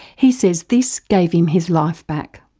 he says this gave him his life back.